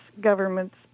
government's